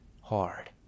hard